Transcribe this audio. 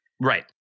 Right